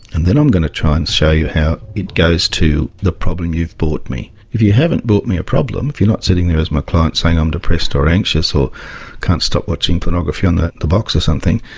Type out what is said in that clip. and then i'm going to try and show you how it goes to the problem you've brought me. if you haven't brought me a problem, if you're not sitting there as my client saying i'm depressed or anxious, or can't stop watching pornography on the the box or something,